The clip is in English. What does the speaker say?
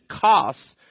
costs